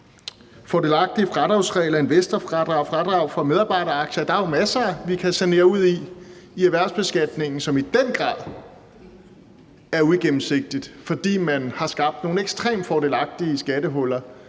fordelagtige fradragsregler, investorfradrag og fradrag for medarbejderaktier – der er jo masser, vi kan sanere ud i inden for erhvervsbeskatningen, som i den grad er uigennemsigtig, fordi man har skabt nogle ekstremt fordelagtige skattehuller